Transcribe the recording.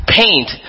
paint